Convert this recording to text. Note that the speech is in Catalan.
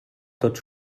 tot